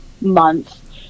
month